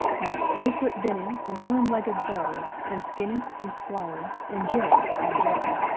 and splay-foot benny and slim-legged beau, and skinny and squally, and jerry and joe,